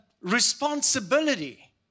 responsibility